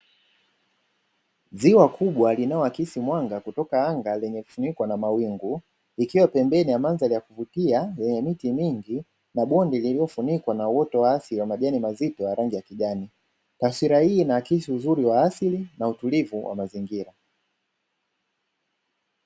Ziwa kubwa linaloakisi mwanga kutoka anga lenye kufunikwa na mawingu, likiwa pembeni ya mandhari ya kuvutia yenye miti mingi na bonde lililofunikwa na uoto wa asili wa majani mazito ya rangi ya kijani, taswira hii inaakisi uzuri wa asili na utulivu wa mazingira.